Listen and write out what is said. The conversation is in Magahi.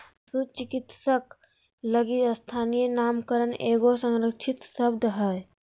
पशु चिकित्सक लगी स्थानीय नामकरण एगो संरक्षित शब्द हइ